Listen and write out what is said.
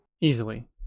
easily